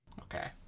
Okay